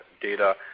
data